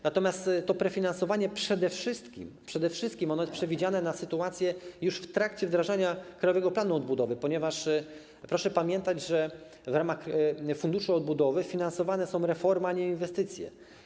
Natomiast to prefinansowanie przede wszystkim jest przewidziane na sytuacje już w trakcie wdrażania Krajowego Planu Odbudowy, ponieważ proszę pamiętać, że w ramach Funduszu Odbudowy finansowane są reformy, a nie inwestycje.